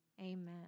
Amen